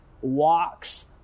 walks